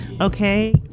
Okay